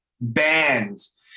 bands